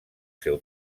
seu